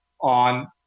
on